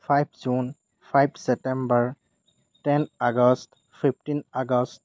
five June five September ten August fifteen August